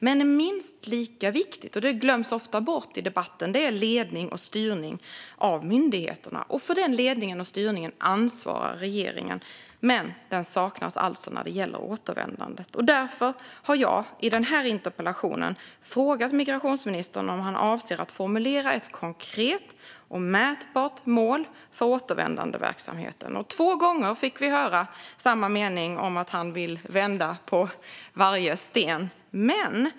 Men minst lika viktigt, och det glöms ofta bort i debatten, är ledning och styrning av myndigheterna. För den ledningen och styrningen ansvarar regeringen, men den saknas alltså när det gäller återvändandet. Därför har jag i interpellationen som den här debatten handlar om frågat migrationsministern om han avser att formulera ett konkret och mätbart mål för återvändandeverksamheten. Två gånger fick vi höra samma mening om att han vill vända på varje sten.